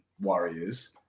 Warriors